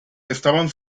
estaban